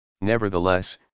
Nevertheless